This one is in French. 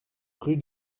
rue